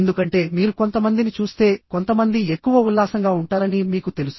ఎందుకంటే మీరు కొంతమందిని చూస్తే కొంతమంది ఎక్కువ ఉల్లాసంగా ఉంటారని మీకు తెలుసు